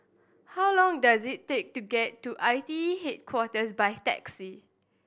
how long does it take to get to I T E Headquarters by taxi